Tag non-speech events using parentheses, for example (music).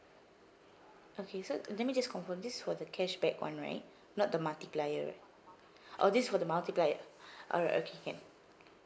okay so mm let me just confirm this for the cashback one right not the multiplier right (breath) oh this for the multiplier (breath) alright okay can